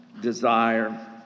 desire